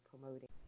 promoting